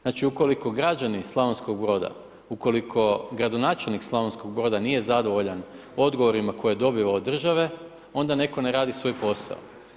Znači, ukoliko građani Slavonskog Broda, ukoliko gradonačelnik Slavonskog Broda nije zadovoljan odgovorima koje je dobio od države, onda netko ne radi svoj posao.